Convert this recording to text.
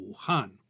Wuhan